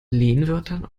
lehnwörtern